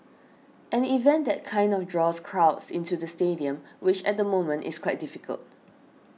an event that kind draws crowds into the stadium which at the moment is quite difficult